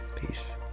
Peace